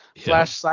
flash